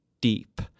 deep